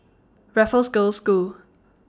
Raffles Girls' School